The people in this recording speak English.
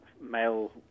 male